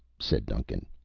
said duncan,